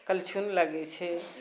कलछुल लागै छै